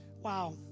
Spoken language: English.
wow